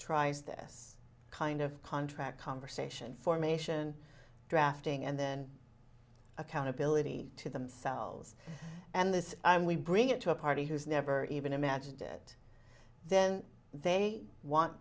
tries this kind of contract conversation formation drafting and then accountability to themselves and this time we bring it to a party who's never even imagined it then they want